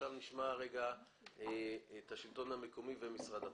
עכשיו נשמע את השלטון המקומי ומשרד הפנים.